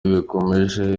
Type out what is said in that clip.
bikomeje